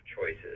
choices